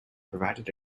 provided